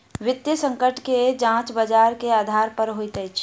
वित्तीय संकट के जांच बजार के आधार पर होइत अछि